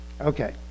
Okay